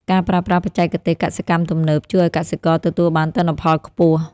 ការប្រើប្រាស់បច្ចេកទេសកសិកម្មទំនើប ជួយឱ្យកសិករទទួលបានទិន្នផលខ្ពស់។